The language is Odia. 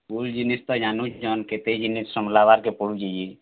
ସ୍କୁଲ୍ ଜିନିଷ୍ଟା ଜାନୁଛନ୍ କେତେ ଜିନିଷ୍ ସମ୍ଭଲାବାକେ ପଡ଼ୁଛେ ଯେ